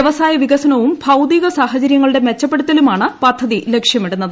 വൃവസായ വികസനവും ഭൌതിക സാഹചര്യങ്ങളുടെ മെച്ചപ്പെടുത്തലുമാണ് പദ്ധതി ലക്ഷ്യമിടുന്നത്